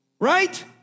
right